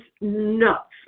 nuts